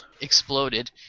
exploded